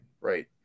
right